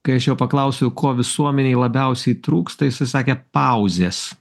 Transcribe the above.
kai aš jo paklausiau ko visuomenei labiausiai trūksta jisai sakė pauzės